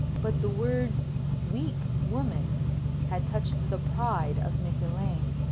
but the words weak woman had touched the pride of miss elaine.